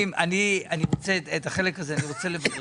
אני רוצה לברר.